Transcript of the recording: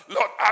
Lord